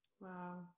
Wow